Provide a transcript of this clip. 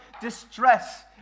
distress